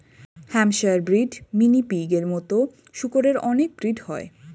Hampshire breed, mini পিগের মতো শুকরের অনেক ব্রিড হয়